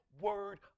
word